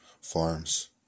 farms